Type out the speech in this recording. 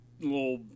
little